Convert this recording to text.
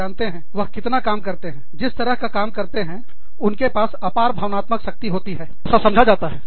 आप जानते हैं वह जितना काम करते हैं जिस तरह का काम करते हैं उनके पास अपार भावनात्मक शक्ति होती है ऐसा समझा जाता है